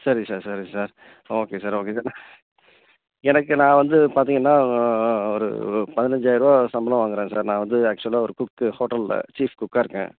சரி சார் சரி sir okay sir okay sir எனக்கு நான் வந்து பார்த்தீங்கன்னா ஒரு ஒரு பதினஞ்சாயர்ரூவா சம்பளம் வாங்கிறேன் சார் நான் வந்து ஆக்ச்சுவலாக ஒரு குக்கு ஹோட்டலில் சீஃப் குக்காக இருக்கேன்